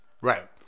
Right